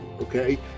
Okay